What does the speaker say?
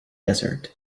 desert